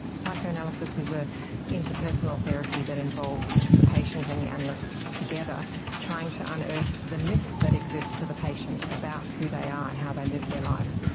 psychoanalysis is an ah interpersonal therapy that involves the patient and the analyst together trying to unearth the myths that exist for the patient about who they are and how they live their life.